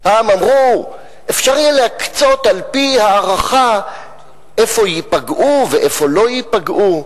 פעם אמרו: אפשר יהיה להקצות על-פי הערכה איפה ייפגעו ואיפה לא ייפגעו.